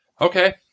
Okay